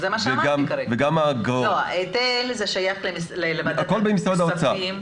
גם האגרות --- היטל שייך לוועדת כספים.